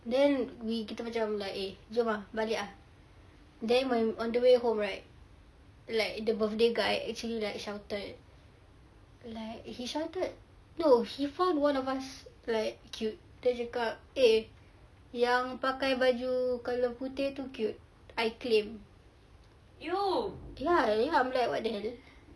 then we kita macam like eh jom ah balik ah then on the way home right like the birthday guy actually shouted like he shouted no he found one of us like cute dia cakap eh yang pakai baju colour putih tu cute I claim ya ya I'm like what the hell